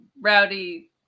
rowdy